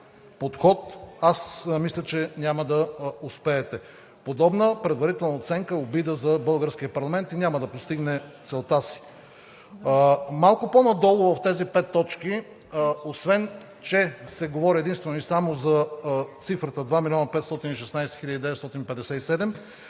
подход, мисля, че няма да успеете. Подобна предварителна оценка е обида за българския парламент и няма да постигне целта си. Малко по-надолу в тези пет точки, освен че се говори единствено и само за цифрата 2 милиона 516 хиляди 957,